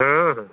ହଁ ହଁ